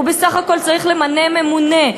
הוא בסך הכול צריך למנות ממונה,